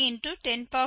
2873×105 இருக்கும்